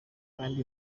kandi